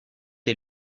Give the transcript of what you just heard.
est